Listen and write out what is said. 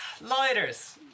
Lighters